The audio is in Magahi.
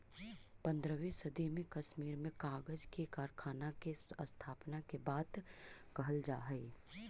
पँद्रहवीं सदी में कश्मीर में कागज के कारखाना के स्थापना के बात कहल जा हई